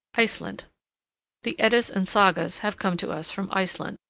iceland the eddas and sagas have come to us from iceland.